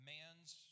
man's